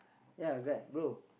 ya bro